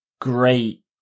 great